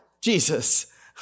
Jesus